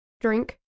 drink